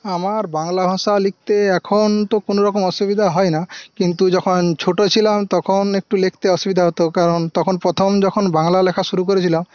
আমার বাংলা ভাষা লিখতে এখন তো কোনোরকম অসুবিধা হয়না কিন্তু যখন ছোটো ছিলাম তখন একটু লিখতে অসুবিধা হতো কারণ তখন প্রথম যখন বাংলা লেখা শুরু করেছিলাম